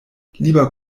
lieber